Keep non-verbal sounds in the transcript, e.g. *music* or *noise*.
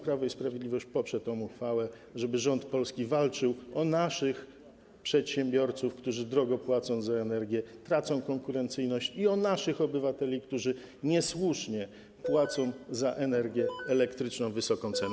Prawo i Sprawiedliwość poprze tę uchwałę, żeby rząd polski walczył o naszych przedsiębiorców, którzy drogo płacą za energię, tracą konkurencyjność, i o naszych obywateli, którzy *noise* niesłusznie płacą za energię elektryczną wysoką cenę.